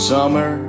Summer